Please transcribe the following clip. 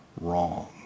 wrong